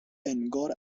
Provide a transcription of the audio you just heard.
انگار